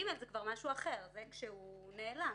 (ג) זה כבר משהו אחר זה כשהוא נעלם.